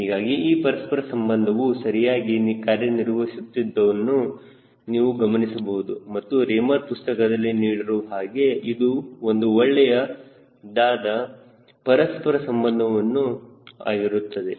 ಹೀಗಾಗಿ ಈ ಪರಸ್ಪರ ಸಂಬಂಧವೂ ಸರಿಯಾಗಿ ಕಾರ್ಯನಿರ್ವಹಿಸುವುದನ್ನು ನೀವು ಗಮನಿಸಬಹುದು ಮತ್ತು ರೇಮರ್ ಪುಸ್ತಕದಲ್ಲಿ ನೀಡಿರುವ ಹಾಗೆ ಇದು ಒಂದು ಒಳ್ಳೆಯ ದಾದ ಪರಸ್ಪರ ಸಂಬಂಧವೂ ಆಗಿರುತ್ತದೆ